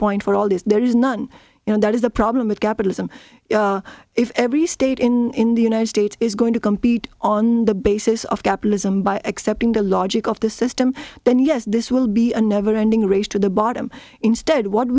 point for all this there is none and that is the problem with capitalism if every state in the united states is going to compete on the basis of capitalism by accepting the logic of the system then yes this will be a never ending race to the bottom instead what